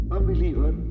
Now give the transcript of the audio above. Unbeliever